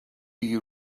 you